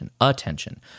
attention